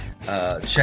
Check